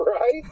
Right